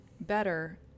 better